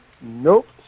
Nope